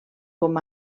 com